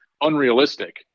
unrealistic